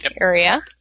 area